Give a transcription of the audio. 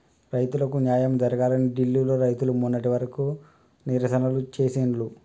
రైతులకు న్యాయం జరగాలని ఢిల్లీ లో రైతులు మొన్నటి వరకు నిరసనలు చేసిండ్లు